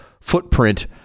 footprint